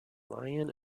lyon